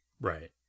Right